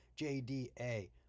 JDA